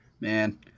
Man